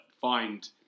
find